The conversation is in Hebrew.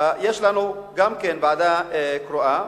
יש לנו גם כן ועדה קרואה,